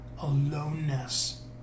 aloneness